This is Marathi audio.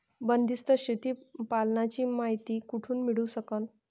बंदीस्त शेळी पालनाची मायती कुठून मिळू सकन?